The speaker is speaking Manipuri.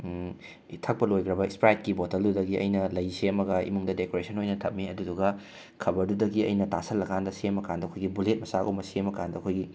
ꯊꯛꯄ ꯂꯣꯏꯒ꯭ꯔꯕ ꯏꯁꯄ꯭ꯔꯥꯏꯠꯀꯤ ꯕꯣꯇꯜꯗꯨꯗꯒꯤ ꯑꯩꯅ ꯂꯩ ꯁꯦꯝꯃꯒ ꯏꯃꯨꯡꯗ ꯗꯦꯀꯣꯔꯦꯁꯟ ꯑꯣꯏꯅ ꯊꯝꯃꯤ ꯑꯗꯨꯗꯨꯒ ꯈꯕꯔꯗꯨꯗꯒꯤ ꯑꯩꯅ ꯇꯥꯁꯜꯂꯀꯥꯟꯗ ꯁꯦꯝꯃꯀꯥꯟꯗ ꯑꯩꯈꯣꯏꯒꯤ ꯕꯨꯂꯦꯠ ꯃꯆꯥꯒꯨꯝꯕ ꯁꯦꯝꯃꯀꯥꯟꯗ ꯑꯩꯈꯣꯏꯒꯤ